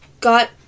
got